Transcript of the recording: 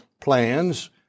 plans